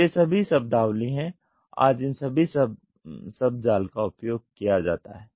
तो ये सभी शब्दावली हैं आज इन सभी शब्दजाल का उपयोग किया जाता है